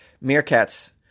meerkats